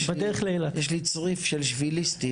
יש לי צריף של שביליסטים,